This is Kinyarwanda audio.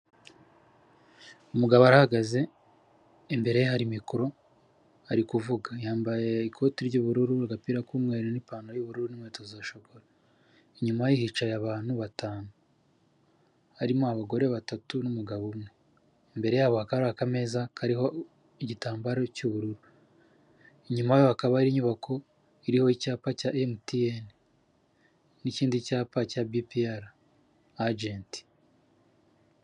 Umugabo arahagaze imbere hari mikoro ari kuvuga, yambaye ikoti ry'ubururu, agapira k'umweru n'ipantaro y'ubururu n'inkweto za shokora. Inyuma ye hicaye abantu batanu harimo abagore batatu n'umugabo umwe, imbere yabo hakaba hari akameza kariho igitambaro cy'ubururu. Inyuma hakaba hari inyubako iriho icyapa cya emutiyene n'ikindi cyapa cya bipiyara ajenti.